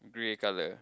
grey colour